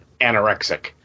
anorexic